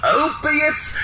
opiates